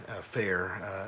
fair